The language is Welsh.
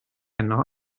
heno